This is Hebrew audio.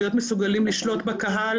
להיות מסוגלים לשלוט בקהל,